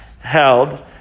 held